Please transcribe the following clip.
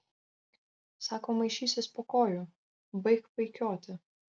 sako maišysis po kojų baik paikioti